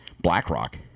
BlackRock